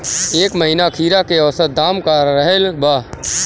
एह महीना खीरा के औसत दाम का रहल बा?